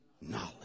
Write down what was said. knowledge